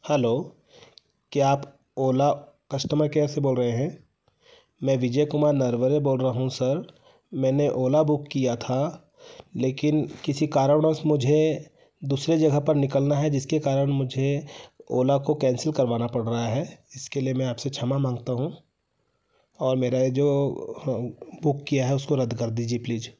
hello क्या आप Ola customer care से बोल रहे हैं मैं विजय कुमार नरवरे बोल रहा हूँ सर मैंने ओला बुक किया था लेकिन किसी कारणवश मुझे दूसरे जगह पर निकलना है जिसके कारण मुझे ओला को कैंसिल करवाना पड़ रहा है इसके लिए मैं आपसे क्षमा मांगता हूँ और मेरा ये जो बुक किया है उसको रद्द कर दीजिए प्लीज